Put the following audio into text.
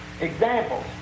Examples